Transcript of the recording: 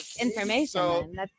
information